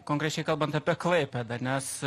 konkrečiai kalbant apie klaipėdą nes